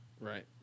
Right